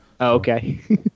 Okay